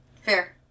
Fair